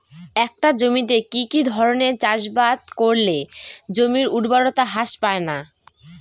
একটা জমিতে কি কি ধরনের চাষাবাদ করলে জমির উর্বরতা হ্রাস পায়না?